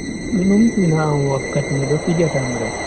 Do numtina am wakkati mido fija tamre